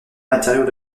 matériaux